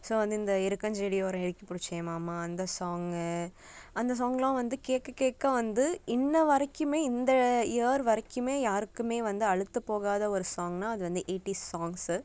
so வந்து இந்த எருக்கஞ் செடியோரம் இறுக்கி பிடிச்ச என் மாமா அந்த சாங்கு அந்த சாங்லாம் வந்து கேட்க கேட்க வந்து இன்று வரைக்கும் இந்த இயர் வரைக்கும் யாருக்கும் வந்து அலுத்து போகாத ஒரு சாங்குனா அது வந்து எயிட்டிஸ் சாங்ஸு